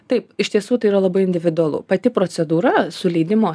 taip iš tiesų tai yra labai individualu pati procedūra su leidimo